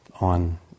on